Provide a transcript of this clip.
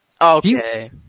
Okay